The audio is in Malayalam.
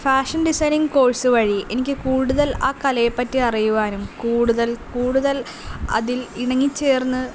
ഫാഷൻ ഡിസൈനിംഗ് കോഴ്സ് വഴി എനിക്ക് കൂടുതൽ ആ കലയെപ്പറ്റി അറിയുവാനും കൂടുതൽ കൂടുതൽ അതിൽ ഇണങ്ങിച്ചേർന്ന്